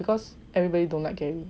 because everybody don't like him